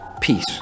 peace